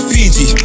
Fiji